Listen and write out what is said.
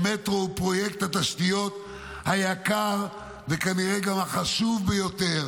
המטרו הוא פרויקט התשתיות היקר וכנראה גם החשוב ביותר